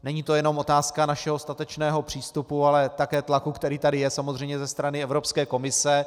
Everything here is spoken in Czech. Není to jenom otázka našeho statečného přístupu, ale také tlaku, který tady je samozřejmě ze strany Evropské komise.